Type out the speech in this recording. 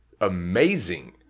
amazing